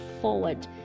forward